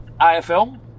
AFL